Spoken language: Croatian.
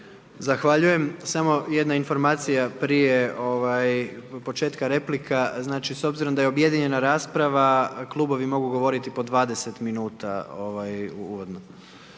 Zahvaljujem. Samo jedna informacija prije početka replika. Znači s obzirom da je objedinjena rasprava, klubovi mogu govoriti po 20 min uvodno.